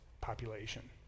population